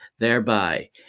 thereby